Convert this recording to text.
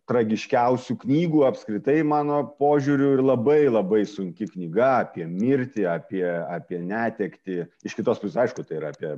tragiškiausių knygų apskritai mano požiūriu ir labai labai sunki knyga apie mirtį apie apie netektį iš kitos pusės aišku tai yra apie